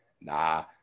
nah